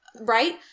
Right